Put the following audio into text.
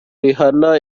rihana